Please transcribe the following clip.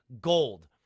gold